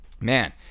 Man